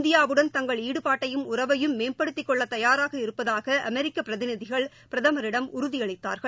இந்தியாவுடன் தங்கள் ஈடுபாட்டையும் உறவையும் மேம்படுத்திக் கொள்ள தயாராக இருப்பதாக அமெரிக்க பிரதிநிதிகள் பிரதமரிடம் உறுதியளித்தார்கள்